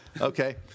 okay